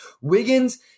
Wiggins